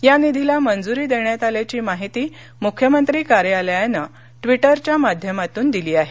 या निधीला मंजूरी देण्यात आल्याची माहिती मुख्यमंत्री कार्यालयानं टविटरच्या माध्यमातून दिली आहे